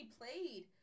played